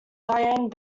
dianne